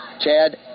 Chad